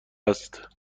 است